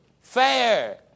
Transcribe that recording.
fair